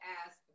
ask